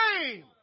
name